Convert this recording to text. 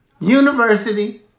University